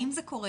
האם זה קורה,